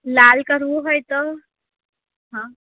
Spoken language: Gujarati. લાલ કરવું હોયતો હા